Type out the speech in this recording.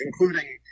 including